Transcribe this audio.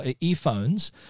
earphones